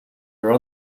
are